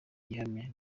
gihamya